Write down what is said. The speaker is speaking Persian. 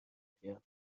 کردم